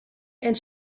and